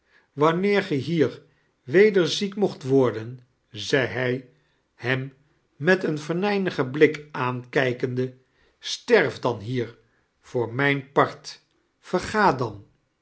wanneer ge hier weder ziek moeht worden zei hij hem met een venijnigen blik aankijkende sterf dan hier voor mijn part